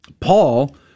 Paul